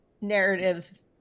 narrative